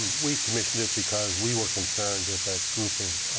we commissioned it because we were concerned that that group of,